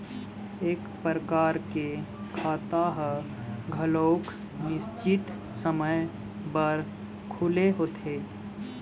ए परकार के खाता ह घलोक निस्चित समे बर खुले होथे